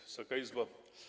Wysoka Izbo!